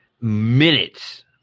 minutes